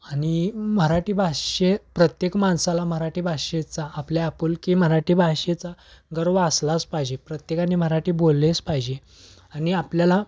आणि मराठी भाषेत प्रत्येक माणसाला मराठी भाषेचा आपल्या आपुलकी मराठी भाषेचा गर्व असलाच पाहिजे प्रत्येकाने मराठी बोललेच पाहिजे आणि आपल्याला